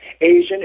Asian